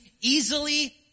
easily